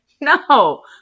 No